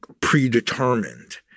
predetermined